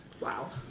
Wow